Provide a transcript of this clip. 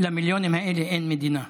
למיליונים האלה אין מדינה.